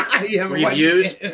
reviews